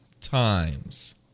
times